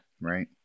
Right